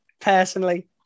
personally